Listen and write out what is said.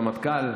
הרמטכ"ל,